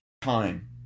time